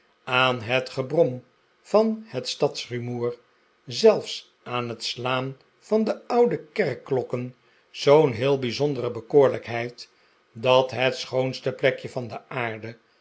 aan het gebrom van het stadsrumoer zelfs aan het slaan van de oude kerkklokken zoo'n heel bijzondere bekoorlijkheid dat het schoonste plekje van de aarde